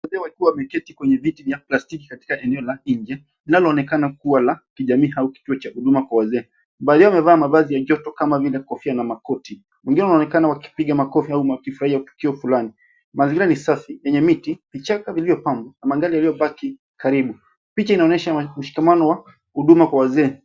Wazee wakiwa wameketi kwenye viti vya plastiki katika eneo la nje linaloonekana kuwa la kijamii au kituo cha huduma kwa wazee. Baadhi yao wamevaa mavazi ya joto kama vile kofia na makoti. Wengine wanaonekana wakipiga makofi au wakifurahia tukio fulani. Mazingira ni safi, yenye miti, vichaka viliyopangwa na magari yaliyopaki karibu. Picha inaonyesha mshikamano wa huduma kwa wazee.